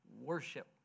worship